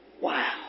Wow